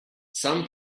some